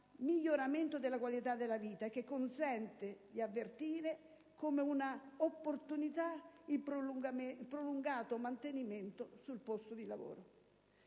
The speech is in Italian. miglioramento della qualità della vita e che consente di avvertire come un'opportunità il prolungato mantenimento sul posto di lavoro.